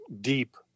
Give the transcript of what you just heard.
deep